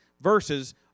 verses